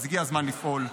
הגיע הזמן לפעול.